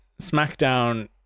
SmackDown